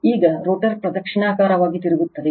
ಈಗ ರೋಟರ್ ಪ್ರದಕ್ಷಿಣಾಕಾರವಾಗಿ ತಿರುಗುತ್ತದೆ